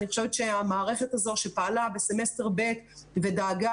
אני חושבת שהמערכת הזאת שפעלה בסמסטר ב' ודאגה